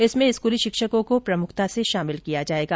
इसमें स्कूली शिक्षकों को प्रमुखता से शामिल किया जाएगा